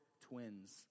twins